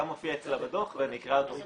מופיע אצלה בדוח ואני אקרא אותו בשמחה.